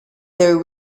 there